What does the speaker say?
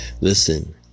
Listen